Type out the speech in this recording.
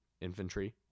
infantry